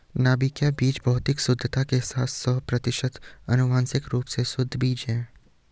नाभिकीय बीज भौतिक शुद्धता के साथ सौ प्रतिशत आनुवंशिक रूप से शुद्ध बीज है